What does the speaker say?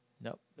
Nope